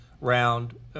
round